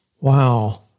Wow